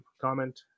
Comment